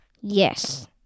Yes